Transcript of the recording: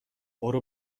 برو